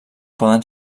poden